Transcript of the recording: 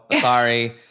Sorry